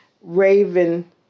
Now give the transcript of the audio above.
Raven